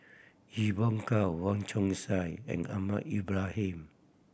Evon Kow Wong Chong Sai and Ahmad Ibrahim